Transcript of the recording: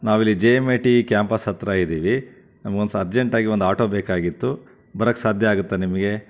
ನಾವು ಇಲ್ಲಿ J M I T campus ಹತ್ತಿರ ಇದ್ದೀವಿ ನಮಗೊಂದುಸ ಅರ್ಜೆಂಟಾಗಿ ಒಂದು ಆಟೋ ಬೇಕಾಗಿತ್ತು ಬ ಸಾಧ್ಯ ಆಗತ್ತಾ ನಿಮಿಗೆ